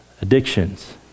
addictions